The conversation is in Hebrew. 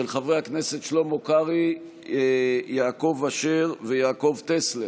של חברי הכנסת שלמה קרעי, יעקב אשר ויעקב טסלר.